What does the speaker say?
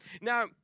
Now